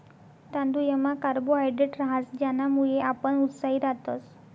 तांदुयमा कार्बोहायड्रेट रहास ज्यानामुये आपण उत्साही रातस